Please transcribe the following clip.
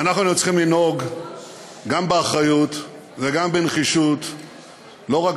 אנחנו צריכים לנהוג גם באחריות וגם בנחישות לא רק